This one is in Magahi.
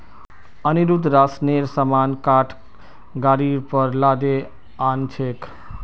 अनिरुद्ध राशनेर सामान काठ गाड़ीर पर लादे आ न छेक